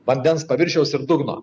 vandens paviršiaus ir dugno